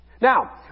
Now